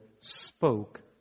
spoke